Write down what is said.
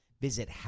Visit